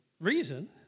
reason